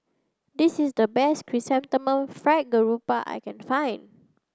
this is the best chrysanthemum fried garoupa I can find